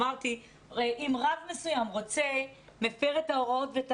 אמרתי שאם רב מסוים מפר את ההוראות ואת